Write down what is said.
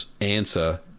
answer